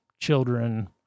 children